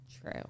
True